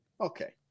Okay